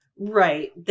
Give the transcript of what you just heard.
Right